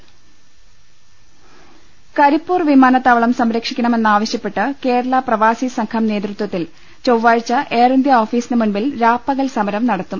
പ്രി കരിപ്പൂർ വിമാനത്താവളം സംരക്ഷിക്കണമെന്നാവശ്യ പ്പെട്ട് കേരള പ്രവാസി സംഘം നേതൃ ത്വത്തിൽ ചൊവ്വാഴ്ച എയർ ഇന്ത്യ ഓഫീസിന് മുന്നിൽ രാപ്പകൽ സമരം നടത്തും